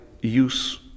use